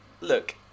Look